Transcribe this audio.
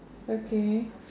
okay